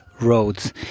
roads